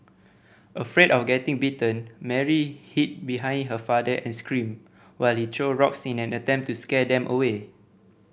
afraid of getting bitten Mary hid behind her father and screamed while he threw rocks in an attempt to scare them away